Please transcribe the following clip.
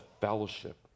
fellowship